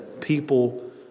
people